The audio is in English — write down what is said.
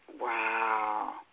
Wow